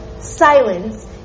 silence